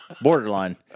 Borderline